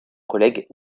collègue